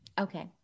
Okay